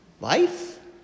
life